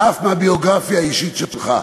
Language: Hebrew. ואף מהביוגרפיה האישית שלך.